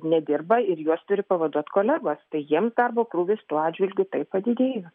nedirba ir juos turi pavaduot kolegos tai jiems darbo krūvis tuo atžvilgiu taip padidėjo